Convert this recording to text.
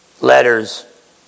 letters